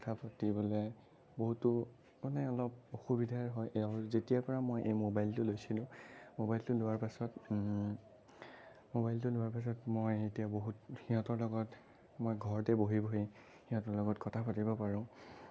কথা পাতিবলৈ বহুতো মানে অলপ অসুবিধাৰ হয় এওঁৰ যেতিয়াৰ পৰা মই এই ম'বাইলটো লৈছিলোঁ ম'বাইলটো লোৱাৰ পাছত ম'বাইলটো লোৱাৰ পাছত মই এতিয়া বহুত সিহঁতৰ লগত মই ঘৰতে বহি বহি সিহঁতৰ লগত কথা পাতিব পাৰোঁ